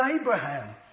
Abraham